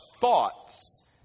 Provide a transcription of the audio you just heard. thoughts